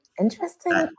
Interesting